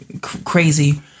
crazy